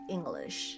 English